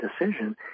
decision